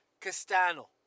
Castano